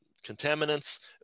contaminants